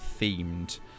themed